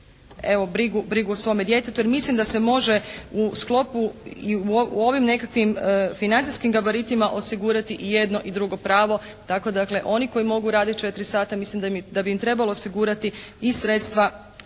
evo brigu o svome djetetu. Jer mislim da se može u sklopu i u ovim nekakvim financijskim gabaritima osigurati i jedno i drugo pravo. Tako dakle oni koji mogu raditi 4 sata mislim da bi im trebalo osigurati i sredstva